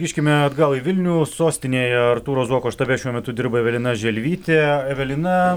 grįžkime atgal į vilnių sostinėje artūro zuoko štabe šiuo metu dirba evelina želvytė evelina